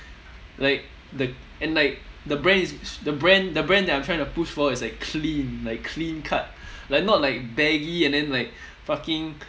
like the and like the brand is the brand the brand that I'm trying to push forward is like clean like clean cut like not like baggy and then like fucking